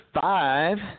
five